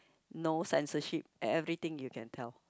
no censorship everything you can tell